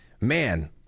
man